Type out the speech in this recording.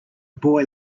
boy